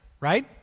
right